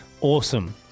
Awesome